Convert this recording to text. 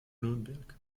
nürnberg